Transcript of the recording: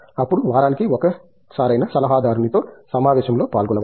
అప్పుడు వారానికి ఒకసారైనా సలహాదారునితో సమావేశంలో పాల్గొనవచ్చు